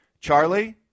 Charlie